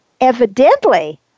evidently